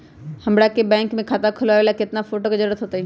हमरा के बैंक में खाता खोलबाबे ला केतना फोटो के जरूरत होतई?